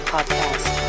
Podcast